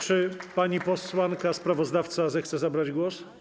Czy pani posłanka sprawozdawca zechce zabrać głos?